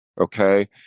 okay